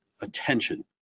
attention